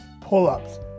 pull-ups